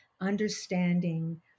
understanding